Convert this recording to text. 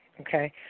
okay